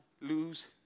lose